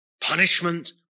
punishment